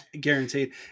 Guaranteed